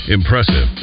Impressive